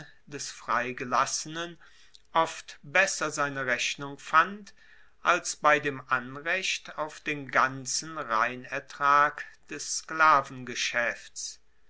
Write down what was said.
des freigelassenen oft besser seine rechnung fand als bei dem anrecht auf den ganzen reinertrag des